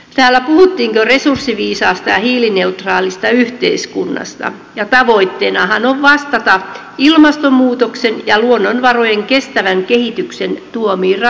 täällä puhuttiinkin jo resurssiviisaasta ja hiilineutraalista yhteiskunnasta ja tavoitteenahan on vastata ilmastonmuutoksen ja luonnonvarojen kestävän kehityksen tuomiin ratkaisuihin